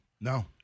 No